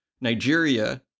Nigeria